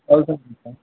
okay